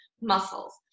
muscles